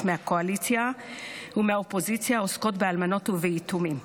מהקואליציה ומהאופוזיציה העוסקות באלמנות וביתומים.